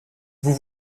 vous